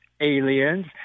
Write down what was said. aliens